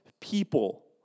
people